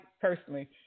personally